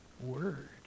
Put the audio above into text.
word